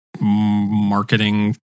marketing